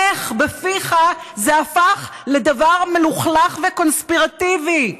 איך בפיך זה הפך לדבר מלוכלך וקונספירטיבי?